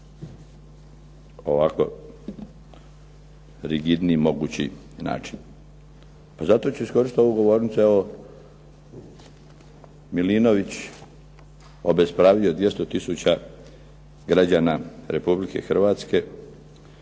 najrigidniji mogući način. Zato ću iskoristiti ovu govornicu, evo Milinović obespravljuje 200 tisuća građana Republike Hrvatske,